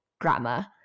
grammar